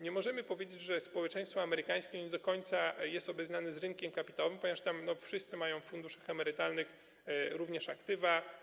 Nie możemy powiedzieć, że społeczeństwo amerykańskie nie do końca jest obeznane z rynkiem kapitałowym, ponieważ tam wszyscy mają w funduszach emerytalnych również aktywa.